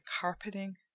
carpeting